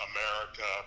America